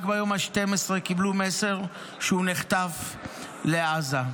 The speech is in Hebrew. רק ביום ה-12 קיבלו מסר שהוא נחטף לעזה.